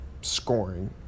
scoring